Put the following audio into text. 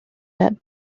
that